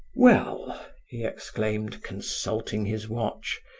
well! he exclaimed, consulting his watch,